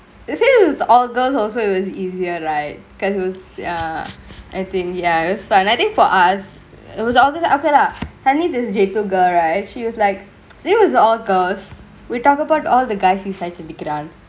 this is all girls also it was easier right can whose ya and in ya it's been I think for us it was obvious that open up suddenly this J two girl right she was like that was all girls we talk about all the guys we sight அடிக்குரான்:adikuraan